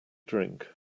drink